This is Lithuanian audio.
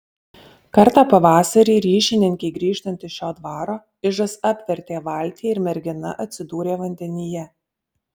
kartą pavasarį ryšininkei grįžtant iš šio dvaro ižas apvertė valtį ir mergina atsidūrė vandenyje